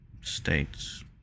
states